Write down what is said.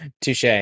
Touche